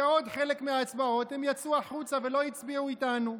ובעוד חלק מההצבעות הם יצאו החוצה ולא הצביעו איתנו.